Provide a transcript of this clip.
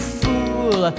fool